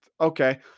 Okay